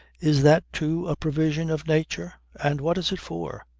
is that too a provision of nature? and what is it for?